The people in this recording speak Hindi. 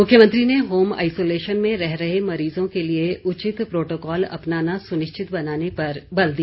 मुख्यमंत्री ने होम आइसोलेशन में रह रहे मरीजों के लिए उचित प्रोटोकॉल अपनाना सुनिश्चित बनाने पर बल दिया